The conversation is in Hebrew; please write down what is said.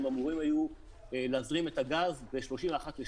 הם אמורים היו להזרים את הגז ב-31.12.2015.